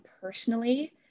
personally